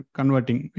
converting